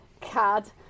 CAD